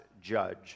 judge